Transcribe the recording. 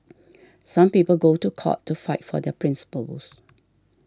some people go to court to fight for their principles